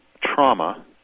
trauma